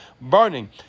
burning